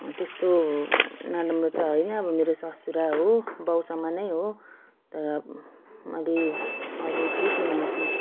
त्यस्तो नराम्रो त होइन अब मेरो ससुरा हो बाउ समानै हो तर मैले अरू केही चुनौती